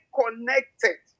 connected